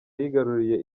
yigaruriye